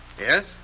Yes